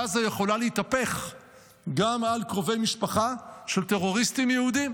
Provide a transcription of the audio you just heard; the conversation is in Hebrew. הזו יכולה להתהפך גם על קרובי משפחה של טרוריסטים יהודים,